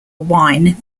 wine